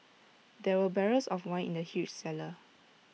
there were barrels of wine in the huge cellar